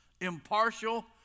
impartial